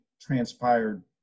transpired